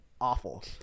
awful